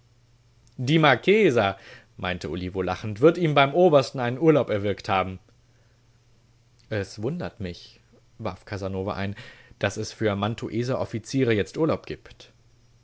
die marchesa meinte olivo lachend wird ihm beim obersten einen urlaub erwirkt haben es wundert mich warf casanova ein daß es für mantueser offiziere jetzt urlaub gibt